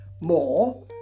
more